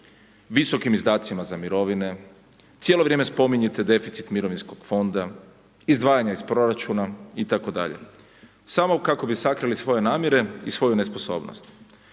visokim izdacima za mirovine, cijelo vrijeme spominjete deficit mirovinskog fonda, izdvajanje iz proračuna itd. samo kako bi sakrili svoje namjere i svoju nesposobnost.